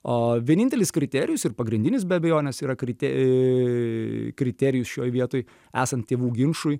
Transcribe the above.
o vienintelis kriterijus ir pagrindinis be abejonės yra kritė e kriterijus šioj vietoj esant tėvų ginčui